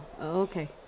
okay